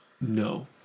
No